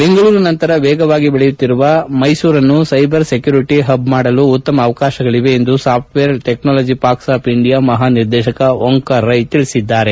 ಬೆಂಗಳೂರು ನಂತರ ವೇಗವಾಗಿ ಬೆಳೆಯುತ್ತಿರುವ ಮೈಸೂರನ್ನು ಸೈಬರ್ ಸೆಕ್ಟುರಿಟ ಹಬ್ ಮಾಡಲು ಉತ್ತಮ ಅವಕಾಶಗಳವೆ ಎಂದು Software Technology Parks of India ಮಹಾ ನಿರ್ದೇಶಕ ಒಂಕಾರ್ ರೈ ಹೇಳದ್ದಾರೆ